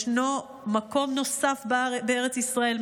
ישנו מקום נוסף בארץ ישראל,